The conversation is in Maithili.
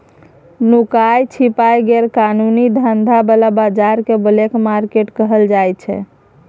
नुकाए छिपाए गैर कानूनी धंधा बला बजार केँ ब्लैक मार्केट कहल जाइ छै